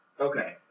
Okay